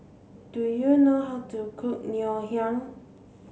do you know how to cook Ngoh Hiang